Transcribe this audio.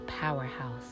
Powerhouse